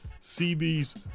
CB's